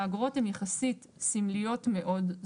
האגרות הן יחסית סמליות מאוד.